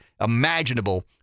imaginable